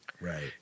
right